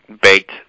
baked